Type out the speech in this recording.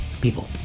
people